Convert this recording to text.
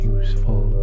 useful